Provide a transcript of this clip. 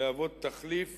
להוות תחליף